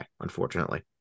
unfortunately